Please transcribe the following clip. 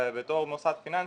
בתור מוסד פיננסי,